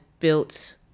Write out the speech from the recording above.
built